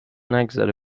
نگذره